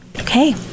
Okay